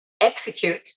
execute